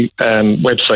website